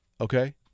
Okay